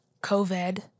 COVID